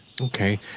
Okay